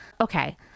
Okay